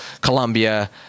Colombia